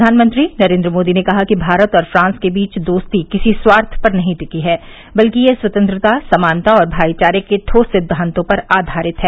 प्रधानमंत्री नरेन्द्र मोदी ने कहा कि भारत और फांस के बीच दोस्ती किसी स्वार्थ पर नहीं टिकी है बल्कि यह स्वतंत्रता समानता और भाईचारे के ठोस सिद्वांतों पर आधारित है